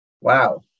wow